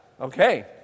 Okay